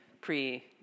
pre